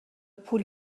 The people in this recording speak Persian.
پول